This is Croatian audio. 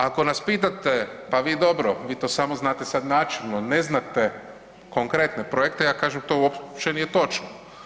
Ako nas pitate pa vi dobro, vi to samo znate sad načelno, ne znate konkretne projekte ja kažem to uopće nije točno.